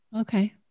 Okay